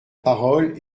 parole